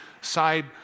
side